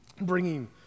bringing